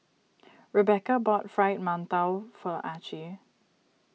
Rebeca bought Fried Mantou for Archie